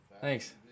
Thanks